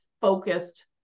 focused